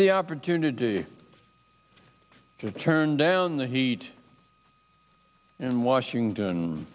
the opportunity to turn down the heat in washington